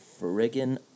friggin